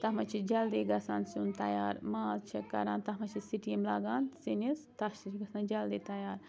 تَتھ منٛز چھِ جلدی گَژھان سیُن تیار ماز چھِ کَران تَتھ منٛز چھِ سِٹیٖم لَگان سِنِس تَتھ چھِ گَژھان جلدی تیار